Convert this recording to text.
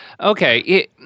Okay